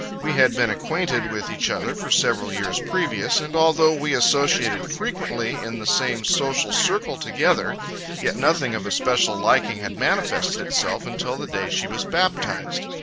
we had been acquainted with each other for several years previous, and although we associated frequently in the same social circle together yet nothing of a special liking had manifested itself until the day she was baptized.